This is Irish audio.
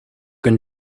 don